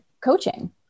coaching